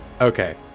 Okay